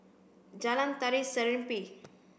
Jalan Tari Serimpi